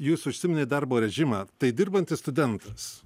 jūsų užsiminėt darbo režimą tai dirbantis studentas